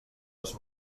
les